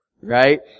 right